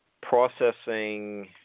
processing